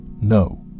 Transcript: No